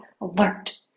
alert